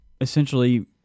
essentially